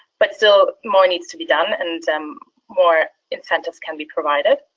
but still more needs to be done and more incentives can be provided.